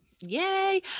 Yay